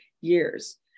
years